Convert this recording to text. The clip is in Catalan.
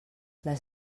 les